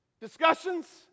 Discussions